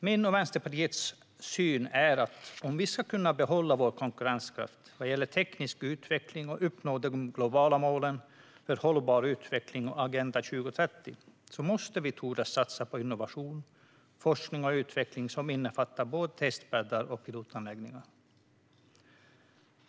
Min och Vänsterpartiets syn är att om vi ska kunna behålla vår konkurrenskraft vad gäller teknisk utveckling och uppnå de globala målen för hållbar utveckling och Agenda 2030 måste vi tordas satsa på innovation och forskning och utveckling som innefattar både testbäddar och pilotanläggningar.